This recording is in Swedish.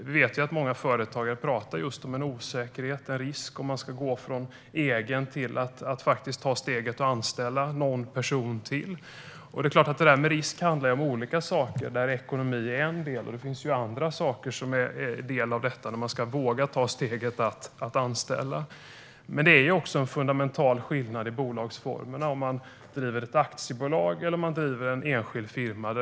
Vi vet att många företagare pratar om osäkerhet och risk när man ska ta steget och gå från att vara egen till att anställa en person till. Risk handlar om olika saker. Ekonomi är en del, men det finns annat som är en del i att våga ta steget att anställa. Det finns en fundamental skillnad mellan bolagsformerna - om man driver ett aktiebolag eller en enskild firma.